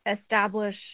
establish